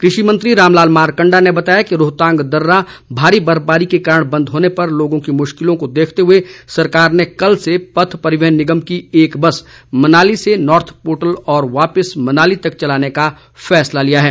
कृषि मंत्री रामलाल मारकंडा ने बताया कि रोहतांग दर्रा भारी बर्फबारी के कारण बंद होने पर लोगों को मुश्किलों को देखते हुए सरकार ने कल से पथ परिवहन निगम की एक बस मनाली से नार्थ पोटल और वापिस मनाली तक चलाने का निर्णय लिया है